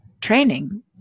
training